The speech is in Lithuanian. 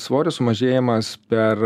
svorio sumažėjimas per